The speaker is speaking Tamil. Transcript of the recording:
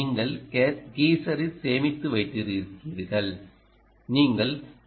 நீங்கள் கீசரில் சேமித்து வைத்திருக்கிறீர்கள்